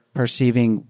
perceiving